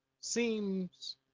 seems